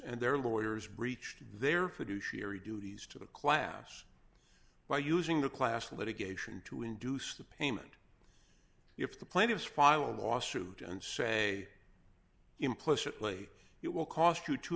and their lawyers breached their fiduciary duties to the class by using the class litigation to induce the payment if the plaintiffs file a lawsuit and say implicitly it will cost you two